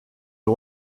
are